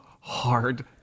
hard